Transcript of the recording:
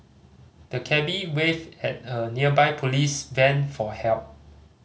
the cabby waved at a nearby police van for help